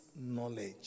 knowledge